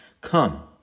Come